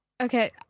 okay